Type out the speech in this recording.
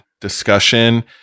discussion